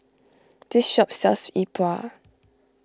this shop sells Yi Bua